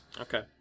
Okay